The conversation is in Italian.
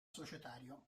societario